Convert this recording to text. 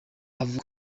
avuga